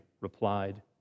replied